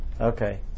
okay